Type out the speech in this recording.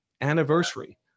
anniversary